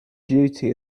duty